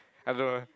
I don't know